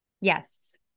Yes